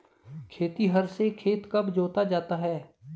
खेतिहर से खेत कब जोता जाता है?